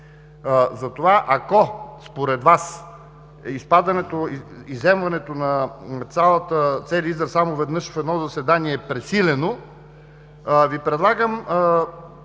Затова, ако според Вас изземването на целия израз „само веднъж в едно заседание“ е пресилено, Ви предлагам